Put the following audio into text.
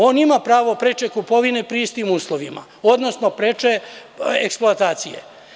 On ima pravo preče kupovine pri istim uslovima, odnosno preče eksploatacije.